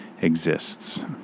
exists